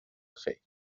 خیر